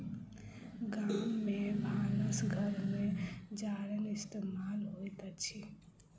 गाम में भानस घर में जारैन इस्तेमाल होइत अछि